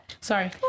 Sorry